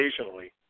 Occasionally